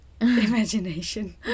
imagination